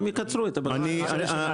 והם יקצרו את הבקשה.